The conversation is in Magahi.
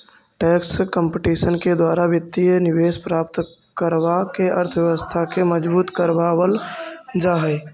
टैक्स कंपटीशन के द्वारा वित्तीय निवेश प्राप्त करवा के अर्थव्यवस्था के मजबूत करवा वल जा हई